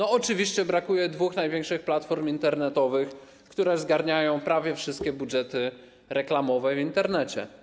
Oczywiście brakuje dwóch największych platform internetowych, które zgarniają prawie wszystkie budżety reklamowe w Internecie.